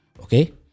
Okay